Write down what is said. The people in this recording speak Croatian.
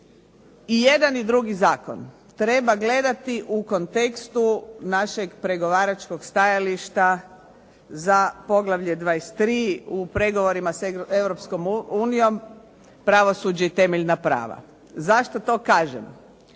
i jedan i drugi zakon treba gledati u kontekstu našeg pregovaračkog stajališta za poglavlje 23. u pregovorima s Europskom unijom, Pravosuđe i temeljna prava. Zašto to kažem?